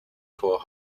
thor